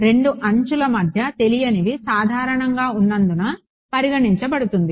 రెండు అంచుల మధ్య తెలియనివి సాధారణంగా ఉన్నందున పరిగణించబడుతుంది